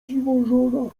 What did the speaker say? dziwożona